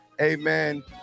amen